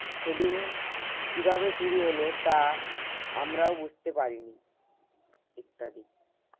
সেদিন কীভাবে চুরি হলো তা আমরাও বুঝতে পারিনি ইত্যাদি